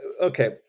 okay